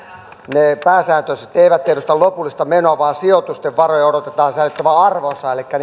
ne pääsääntöisesti eivät edusta lopullista menoa vaan sijoitusten varojen odotetaan säilyttävän arvonsa elikkä